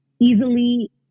easily